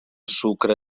sucre